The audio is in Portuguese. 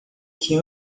que